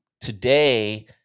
today